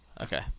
Okay